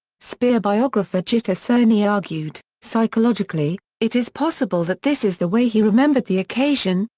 speer biographer gitta sereny argued, psychologically, it is possible that this is the way he remembered the occasion,